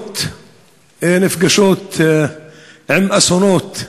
ברכות נפגשות עם אסונות,